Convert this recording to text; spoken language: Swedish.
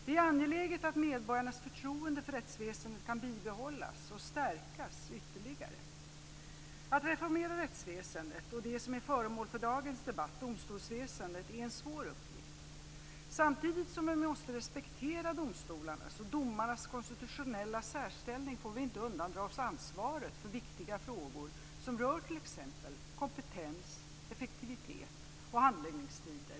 Det är angeläget att medborgarnas förtroende för rättsväsendet kan bibehållas och stärkas ytterligare. Att reformera rättsväsendet och det som är föremål för dagens debatt, dvs. domstolsväsendet, är en svår uppgift. Samtidigt som vi måste respektera domstolarnas och domarnas konstitutionella särställning, får vi inte undandra oss ansvaret för viktiga frågor som rör t.ex. kompetens, effektivitet och handläggningstider.